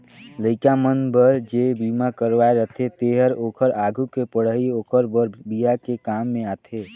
लइका मन बर जे बिमा करवाये रथें तेहर ओखर आघु के पढ़ई ओखर बर बिहा के काम में आथे